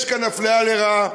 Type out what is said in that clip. יש כאן אפליה לרעה,